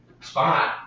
spot